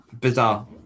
bizarre